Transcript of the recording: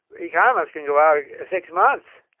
economists can go out six months.